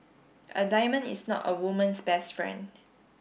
a diamond is not a woman's best friend